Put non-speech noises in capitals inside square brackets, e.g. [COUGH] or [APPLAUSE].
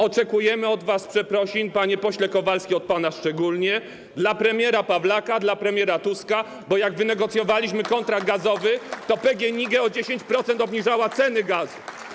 Oczekujemy od was przeprosin - panie pośle Kowalski, od pana szczególnie - dla premiera Pawlaka, dla premiera Tuska, [APPLAUSE] bo jak wynegocjowaliśmy kontrakt gazowy, to PGNiG o 10% obniżyło ceny gazu.